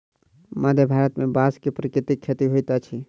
मध्य भारत में बांस के प्राकृतिक खेती होइत अछि